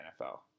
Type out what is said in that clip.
NFL